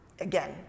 again